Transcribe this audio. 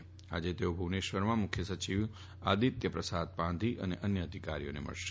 તેઓ આજે ભુવનેશ્વરમાં મુખ્ય સચિવ આદિત્યપ્રસાદ પાંધી અને અન્ય અધિકારીઓને મળશે